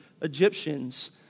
Egyptians